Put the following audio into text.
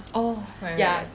oh right right right